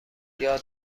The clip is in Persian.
یاد